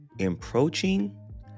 approaching